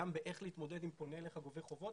גם איך להתמודד אם פונה אליך גובה חובות,